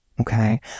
Okay